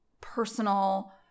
personal